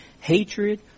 hatred